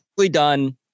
done